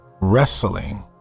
wrestling